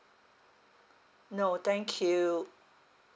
no thank you